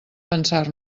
pensar